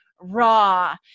raw